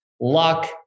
luck